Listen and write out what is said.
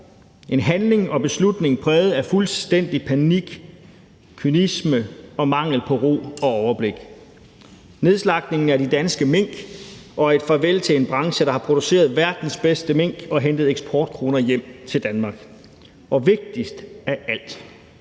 en handling og beslutning præget af fuldstændig panik, kynisme og mangel på ro og overblik. Det er nedslagtningen af de danske mink og et farvel til en branche, der har produceret verdens bedste mink og hentet eksportkroner hjem til Danmark. Og vigtigst af alt: